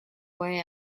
way